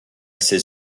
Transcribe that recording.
ses